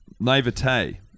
Naivete